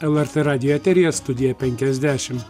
lrt radijo eteryje studija penkiasdešim